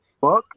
Fuck